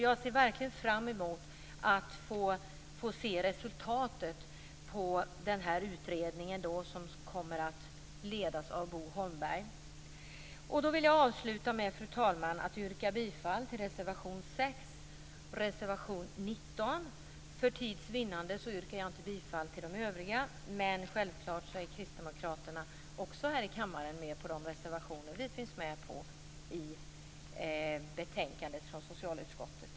Jag ser verkligen fram emot att få se resultatet av den utredning som kommer att ledas av Bo Holmberg. Fru talman! Jag vill avluta med att yrka bifall till reservation 6 och reservation 19. För tids vinnande yrkar jag inte bifall till de övriga, men självklart ställer sig kristdemokraterna här i kammaren bakom de reservationer vi finns med på i betänkandet från socialutskottet.